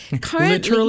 currently